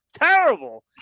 terrible